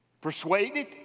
persuaded